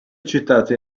citata